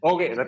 Okay